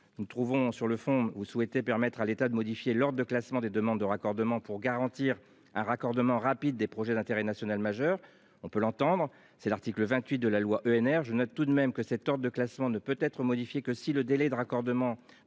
Nous trouvons sur le fond vous souhaitez permettre à l'État de modifier l'ordre de classement des demandes de raccordement pour garantir un raccordement rapide des projets d'intérêt national majeur. On peut l'entendre, c'est l'article 28 de la loi ENR je note tout de même que cette sorte de classement ne peut être modifié que si le délais de raccordement